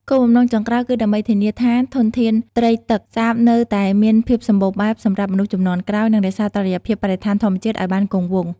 គោលបំណងចុងក្រោយគឺដើម្បីធានាថាធនធានត្រីទឹកសាបនៅតែមានភាពសម្បូរបែបសម្រាប់មនុស្សជំនាន់ក្រោយ និងរក្សាតុល្យភាពបរិស្ថានធម្មជាតិឲ្យបានគង់វង្ស។